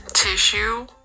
tissue